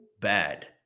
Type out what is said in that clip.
bad